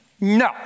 No